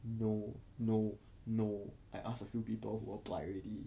no no no I ask a few people who applied already